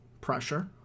pressure